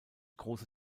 große